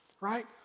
right